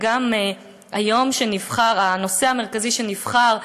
וגם הנושא המרכזי שנבחר,